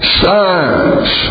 science